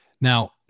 Now